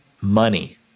money